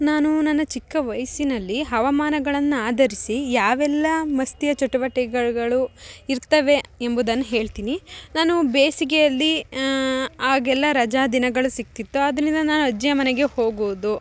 ನಾನು ನನ್ನ ಚಿಕ್ಕ ವಯಸ್ಸಿನಲ್ಲಿ ಹವಾಮಾನಗಳನ್ನು ಆಧರಿಸಿ ಯಾವೆಲ್ಲ ಮಸ್ತಿಯ ಚಟುವಟಿಕೆಗಳು ಇರ್ತವೆ ಎಂಬುದನ್ನು ಹೇಳ್ತಿನಿ ನಾನು ಬೇಸಿಗೆಯಲ್ಲಿ ಆಗೆಲ್ಲ ರಜಾ ದಿನಗಳು ಸಿಕ್ತಿತ್ತು ಆದ್ರಿಂದ ನಾನು ಅಜ್ಜಿಯ ಮನೆಗೆ ಹೋಗುವುದು